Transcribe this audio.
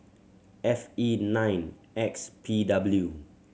F E nine X P W